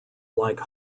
like